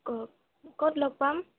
অঁ ক'ত লগ পাম